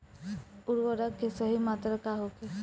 उर्वरक के सही मात्रा का होखे?